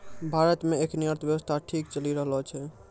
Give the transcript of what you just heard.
भारत मे एखनी अर्थव्यवस्था ठीक चली रहलो छै